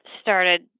started